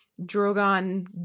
Drogon